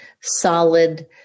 solid